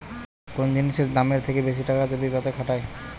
কোন জিনিসের দামের থেকে বেশি টাকা যদি তাতে খাটায়